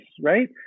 right